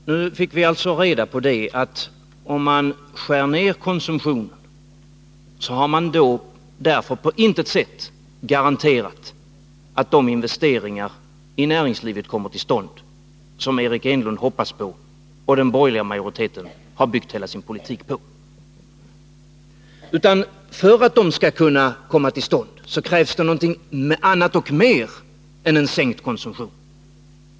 Herr talman! Nu fick vi alltså reda på, att om man skär ned konsumtionen, har man därmed på intet sätt garanterat att de investeringar i näringslivet kommer till stånd som Eric Enlund hoppas på och som den borgerliga majoriteten har byggt hela sin politik på. För att dessa investeringar skall kunna komma till stånd, krävs det någonting annat och mer än en sänkning av konsumtionen.